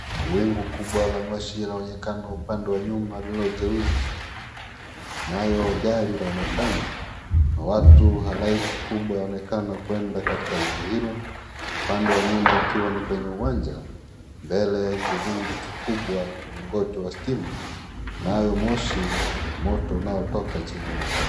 Wingu kubwa la moshi linaonekana upande wa nyuma lililo jeusi sana nalo gari laonekana na watu halaiki kubwa waonekana kwenda katika wingu hilo, upande wa nyuma ukiwa ni kwenye uwanja mbele kizigi kikubwa mlingoti wa sitima nayo moshi, moto unaotoka chini yake.